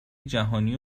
جهانی